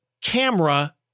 camera